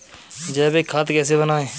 जैविक खाद कैसे बनाएँ?